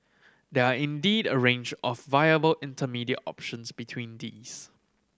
there are indeed a range of viable intermediate options between these